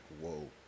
whoa